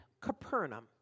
Capernaum